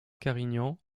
carignan